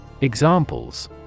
Examples